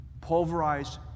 pulverized